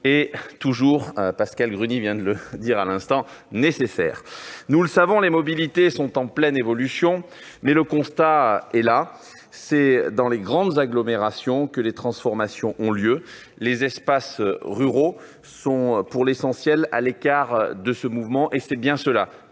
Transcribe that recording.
de le dire Pascale Gruny à l'instant, mais toujours nécessaire. Nous le savons, les mobilités sont en pleine évolution, mais le constat est là : c'est dans les grandes agglomérations que les transformations ont lieu. Les espaces ruraux restent, pour l'essentiel, à l'écart de ce mouvement. C'est bien cela